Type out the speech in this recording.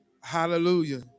Hallelujah